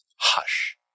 Hush